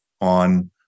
on